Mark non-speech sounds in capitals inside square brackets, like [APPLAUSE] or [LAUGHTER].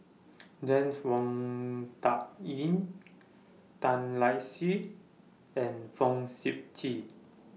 [NOISE] James Wong Tuck Yim Tan Lark Sye and Fong Sip Chee